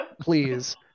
please